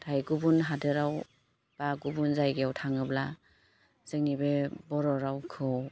नाथाय गुबुन हादराव बा गुबुन जायगायाव थाङोब्ला जोंनि बे बर' रावखौ